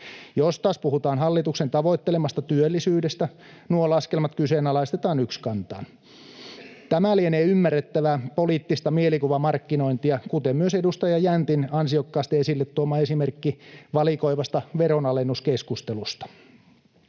Jos taas puhutaan hallituksen tavoittelemasta työllisyydestä, nuo laskelmat kyseenalaistetaan ykskantaan. Tämä lienee ymmärrettävää poliittista mielikuvamarkkinointia, kuten myös edustaja Jäntin ansiokkaasti esille tuoma esimerkki valikoivasta veronalennuskeskustelusta.